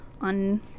on